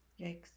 Yikes